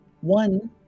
One